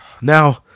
Now